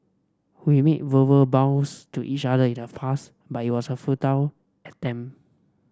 we made verbal vows to each other in the past but it was a futile attempt